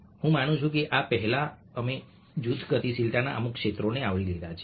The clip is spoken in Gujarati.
હું માનું છું કે આ પહેલા અમે જૂથ ગતિશીલતાના અમુક ક્ષેત્રોને આવરી લીધા છે